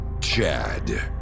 Chad